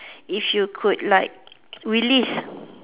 if you could like relive